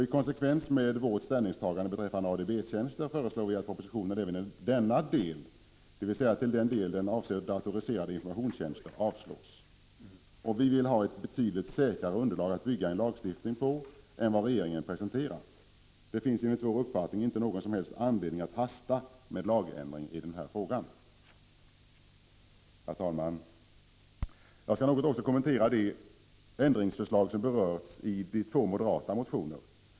I konsekvens med vårt ställningstagande beträffande ADB tjänster föreslår vi att propositionen även i denna del, dvs. till den del som avser datoriserade informationstjänster, avslås. Vi vill ha ett betydligt säkrare underlag att bygga en lagstiftning på än det regeringen har presenterat. Det finns enligt vår uppfattning inte någon som helst anledning att hasta med en lagändring i den här frågan. Herr talman! Jag skall något kommentera de ändringsförslag som har berörts i två moderata motioner.